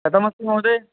कथमस्ति महोदय